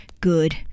good